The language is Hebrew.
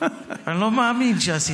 אני לא מאמין שעשית את זה.